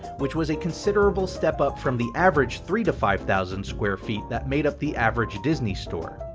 which was a considerable step up from the average three to five thousand square feet that made up the average disney store.